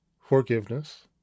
forgiveness